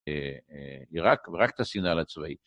עיראק, ורק את הסיגנל הצבאי.